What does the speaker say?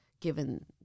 given